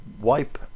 wipe